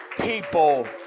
people